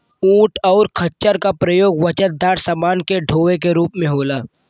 ऊंट और खच्चर का प्रयोग वजनदार समान के डोवे के रूप में होला